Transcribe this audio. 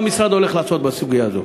השאלה: מה המשרד הולך לעשות בסוגיה הזאת?